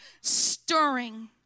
stirring